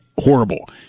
horrible